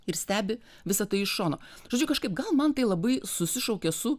ir stebi visa tai iš šono žodžiu kažkaip gal man tai labai susišaukė su